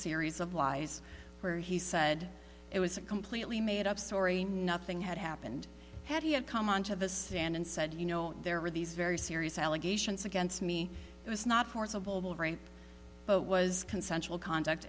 series of lies where he said it was a completely made up story nothing had happened had he had come on to the stand and said you know there are these very serious allegations against me it was not forcible rape but was consensual conduct